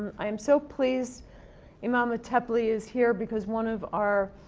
i'm so pleased imam antepli is here because one of our